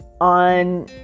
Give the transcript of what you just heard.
on